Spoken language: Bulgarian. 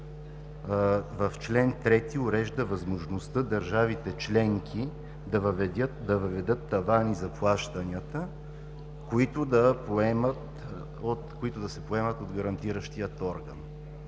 в чл. 3 урежда възможността държавите членки да въведат тавани за плащанията, които да се поемат от гарантиращия орган.